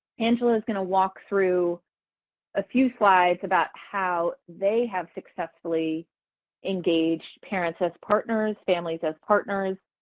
angela is going to walk through a few slides about how they have successfully engaged parents as partners, families as partners,